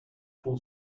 full